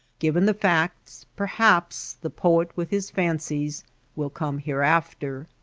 given the facts perhaps the poet with his fancies will come hereafter.